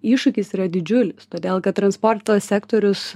iššūkis yra didžiulis todėl kad transporto sektorius